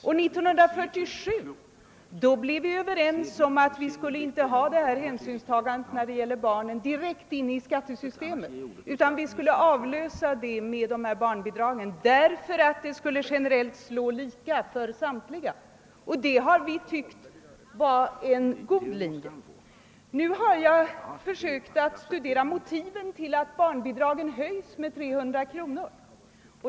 År 1947 blev vi överens om att hänsynstagandet till barnen skulle ske inte direkt i skattesystemet utan det skulle avlösas med barnbidragen så att det generellt skulle bli lika för samtliga. Det har vi tyckt vara en god lösning. Nu har jag försökt att studera motiven till att barnbidragen höjs med 300 kr.